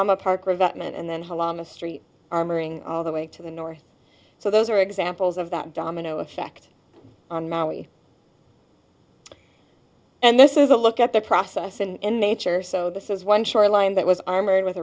kilometer park resentment and then hole on the street armoring all the way to the north so those are examples of that domino effect on mali and this is a look at the process and nature so this is one shoreline that was armored with